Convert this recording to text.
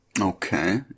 Okay